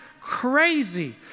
crazy